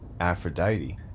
Aphrodite